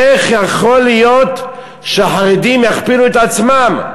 איך יכול להיות שהחרדים יכפילו את עצמם?